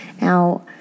Now